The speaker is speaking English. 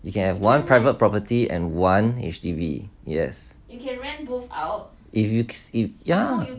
you can have one private property and one H_D_B yes